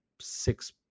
six